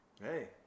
Hey